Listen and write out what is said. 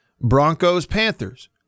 Broncos-Panthers